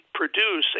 produce